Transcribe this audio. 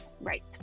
Right